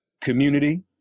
community